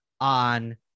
on